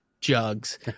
jugs